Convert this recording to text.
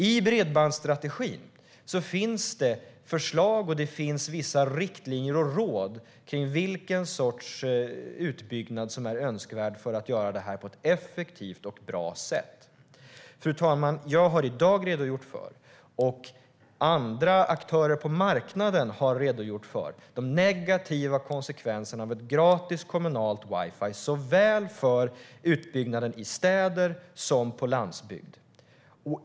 I bredbandsstrategin finns det förslag och vissa riktlinjer och råd om vilken sorts utbyggnad som är önskvärd för att göra det på ett effektivt och bra sätt. Fru talman! Jag har i dag redogjort för, och andra aktörer på marknaden har redogjort för, de negativa konsekvenserna av ett gratis kommunalt wifi för utbyggnaden såväl i städer som på landsbygd.